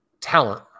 talent